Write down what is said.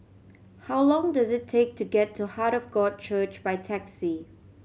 how long does it take to get to Heart of God Church by taxi